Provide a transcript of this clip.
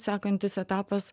sekantis etapas